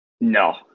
No